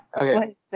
Okay